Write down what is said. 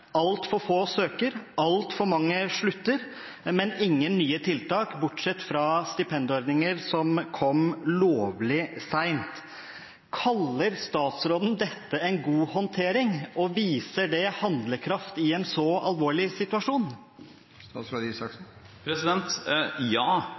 Altfor få søker, altfor mange slutter, men det er ingen nye tiltak, bortsett fra stipendordninger, som kom lovlig sent. Kaller statsråden dette en god håndtering, og viser dette handlekraft i en så alvorlig situasjon?